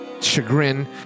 chagrin